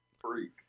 Freak